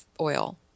oil